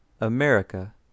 America